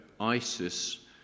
ISIS